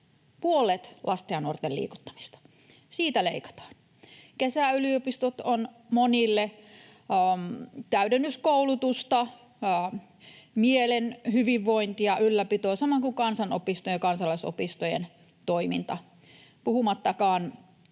puolet lasten ja nuorten liikuttamista. Siitä leikataan. Kesäyliopistot ovat monille täydennyskoulutusta, mielen hyvinvointia ja ylläpitoa, samoin kuin kansanopistojen ja kansalaisopistojen toiminta, puhumattakaan